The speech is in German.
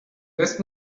lässt